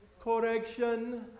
correction